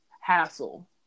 hassle